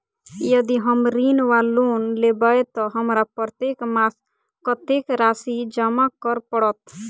यदि हम ऋण वा लोन लेबै तऽ हमरा प्रत्येक मास कत्तेक राशि जमा करऽ पड़त?